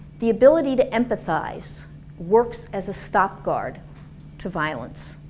the ability to empathize works as a stop-guard to violence.